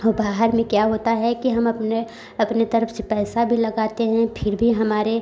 और बाहर में क्या होता है कि हम अपने अपने तरफ से पैसा भी लगाते हैं फिर भी हमारे